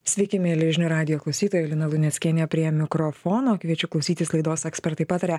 sveiki mieli žinių radijo klausytojai lina luneckienė prie mikrofono kviečiu klausytis laidos ekspertai pataria